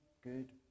good